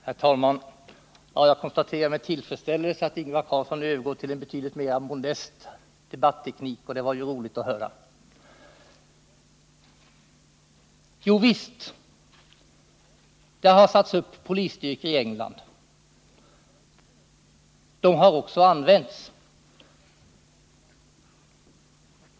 Herr talman! Jag konstaterar med tillfredsställelse att Ingvar Carlsson nu övergår till en betydligt mer modest debatteknik. Det var roligt att höra. Javisst, det har satts upp särskilda polisstyrkor i England. De har också använts.